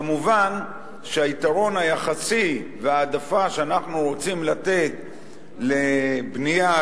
מובן שהיתרון היחסי וההעדפה שאנחנו רוצים לתת לבנייה,